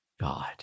God